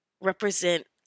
represent